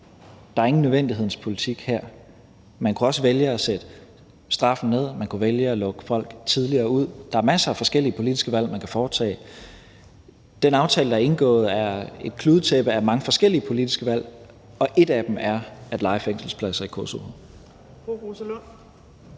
Der er ingen nødvendighedens politik her. Man kunne også vælge at sætte straffen ned. Man kunne vælge at lukke folk tidligere ud. Der er masser af forskellige politiske valg, som man kan foretage. Den aftale, der er indgået, er et kludetæppe af mange forskellige politiske valg, og et af dem er at leje fængselspladser i Kosovo.